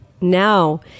now